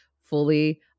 Fully